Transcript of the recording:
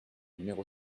numéro